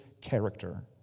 character